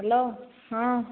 hello ହଁ